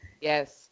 Yes